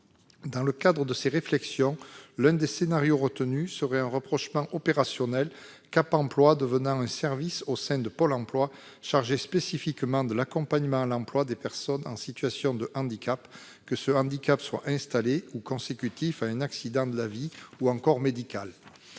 dans le cadre de ces réflexions consiste en un rapprochement opérationnel, Cap emploi devenant un service au sein de Pôle emploi, chargé spécifiquement de l'accompagnement des personnes en situation de handicap, que le handicap soit installé, consécutif à un accident de la vie ou médical.